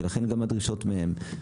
ולכן גם הדרישות מהם.